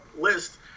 list